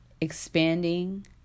expanding